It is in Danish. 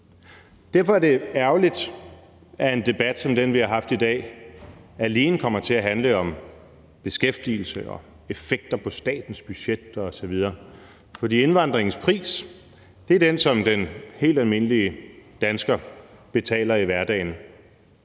Derfor er det ærgerligt, at en debat som den, vi har haft i dag, alene kommer til at handle om beskæftigelse og effekter på statens budget osv. For indvandringens pris er den, som den helt almindelige dansker betaler i hverdagen.